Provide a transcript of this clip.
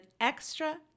extra